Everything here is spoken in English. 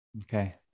Okay